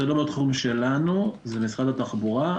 זה לא התחום שלנו, זה משרד התחבורה.